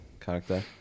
character